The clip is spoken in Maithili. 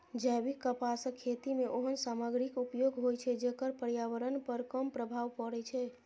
जैविक कपासक खेती मे ओहन सामग्रीक उपयोग होइ छै, जेकर पर्यावरण पर कम प्रभाव पड़ै छै